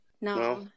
No